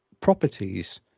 properties